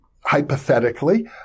hypothetically